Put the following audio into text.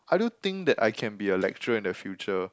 I do think that I can be a lecturer in the future